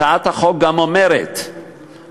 הצעת החוק גם אומרת שבחקיקה,